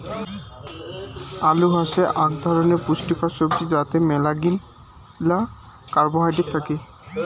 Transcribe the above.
আলু হসে আক ধরণের পুষ্টিকর সবজি যাতে মেলাগিলা কার্বোহাইড্রেট থাকি